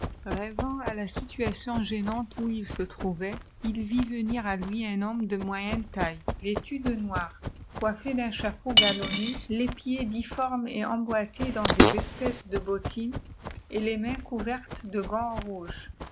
rêvant â la çituauon gênante où i se trouvent il vit venir à lui un homme de ànoyeiiné taille vêtu dcj qr côîfté d'un chapeau galonné iespiéds diuôifnie ëtemibollés dans des espèces de bottines et les mains couvèrteà dé gants rouges